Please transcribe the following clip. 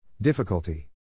Difficulty